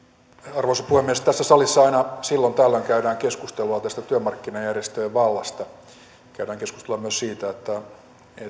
arvoisa puhemies tässä salissa aina silloin tällöin käydään keskustelua tästä työmarkkinajärjestöjen vallasta ja käydään keskustelua myös siitä